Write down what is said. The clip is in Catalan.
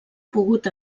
pogut